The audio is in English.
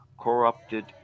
corrupted